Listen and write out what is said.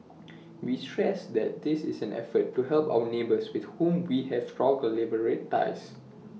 we stress that this is an effort to help our neighbours with whom we have strong bilateral ties